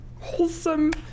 wholesome